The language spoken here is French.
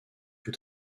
fut